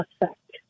effect